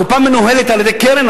הקופה מנוהלת על-ידי קרן,